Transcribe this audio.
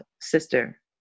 sister